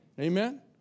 Amen